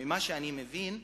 ממה שאני מבין,